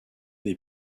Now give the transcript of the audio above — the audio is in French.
des